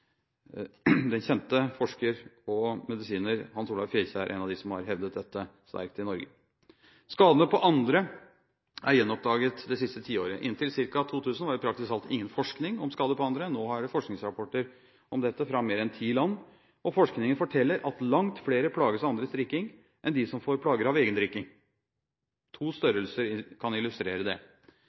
Den kjente forsker og medisiner Hans Olav Fekjær er en av dem som har hevdet dette sterkt i Norge. Skadene på andre er gjenoppdaget det siste tiåret. Inntil ca. 2000 var det praktisk talt ingen forskning om skader på andre, nå har vi forskningsrapporter om dette fra mer enn ti land. Forskningen forteller at langt flere plages av andres drikking enn de som får plager av egen drikking. To størrelser kan illustrere